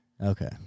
okay